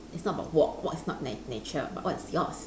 it's not about work work is not nat~ nature but what is yours